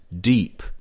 deep